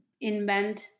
invent